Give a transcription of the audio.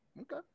okay